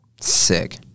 Sick